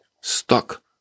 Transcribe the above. Stuck